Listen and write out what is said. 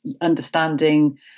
understanding